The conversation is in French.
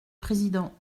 président